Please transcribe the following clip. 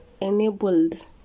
enabled